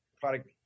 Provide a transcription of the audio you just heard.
product